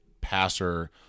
passer